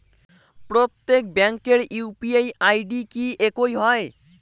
প্রত্যেক ব্যাংকের UPI ID কি একই হয়?